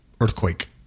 earthquake